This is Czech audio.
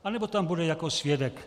Anebo tam bude jako svědek.